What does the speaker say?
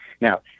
Now